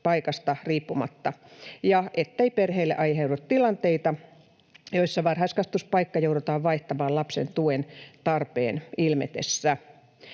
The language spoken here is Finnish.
riippumatta ja ettei perheille aiheudu tilanteita, joissa varhaiskasvatuspaikka joudutaan vaihtamaan lapsen tuen tarpeen ilmetessä.